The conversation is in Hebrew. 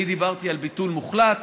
אני דיברתי על ביטול מוחלט,